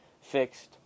fixed